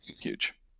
huge